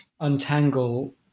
untangle